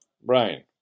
Brian